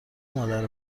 مادر